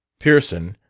pearson,